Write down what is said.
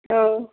ହଉ